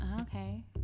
Okay